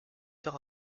tard